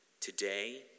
Today